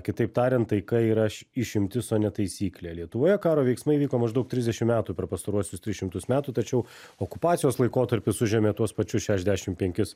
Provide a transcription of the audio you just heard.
kitaip tarian taika yra išimtis o ne taisyklė lietuvoje karo veiksmai vyko maždaug trisdešim metų per pastaruosius tris šimtus metų tačiau okupacijos laikotarpis užėmė tuos pačius šešiasdešim penkis